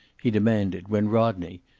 he demanded when rodney,